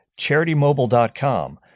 CharityMobile.com